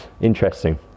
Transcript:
Interesting